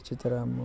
Rachita Ram